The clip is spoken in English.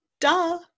Duh